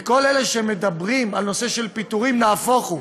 וכל אלה שמדברים על הנושא של פיטורים, נהפוך הוא: